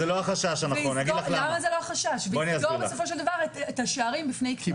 -- -הוא יסגור בסופו של דבר את השערים בפני הקטינים.